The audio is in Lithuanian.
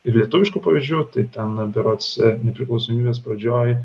ir lietuviškų pavyzdžių tai ten berods nepriklausomybės pradžioj